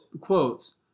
quotes